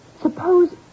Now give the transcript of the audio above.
Suppose